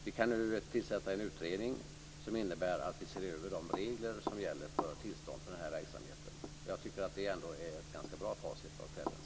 Vi kan nu tillsätta en utredning som innebär att vi ser över de regler som gäller för tillstånd för den här verksamheten. Jag tycker att det är ett ganska bra facit av kvällens diskussioner.